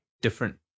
different